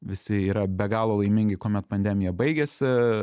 visi yra be galo laimingi kuomet pandemija baigėsi